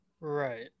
Right